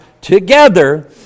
together